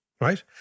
right